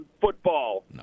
football